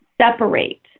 separate